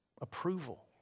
approval